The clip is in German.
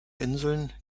inseln